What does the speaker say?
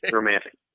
romantic